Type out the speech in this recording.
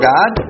God